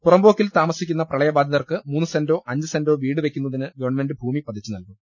പുറംപോക്കിൽ താമസിക്കുന്ന പ്രളയബാധിതർക്ക് മൂന്ന് സെന്റോ അഞ്ച് സെന്റോ വീട് വെയ്ക്കുന്നതിന് ഗവൺമെന്റ് ഭൂമി പതിച്ചുനൽകും